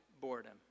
boredom